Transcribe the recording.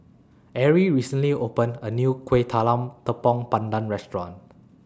Arie recently opened A New Kueh Talam Tepong Pandan Restaurant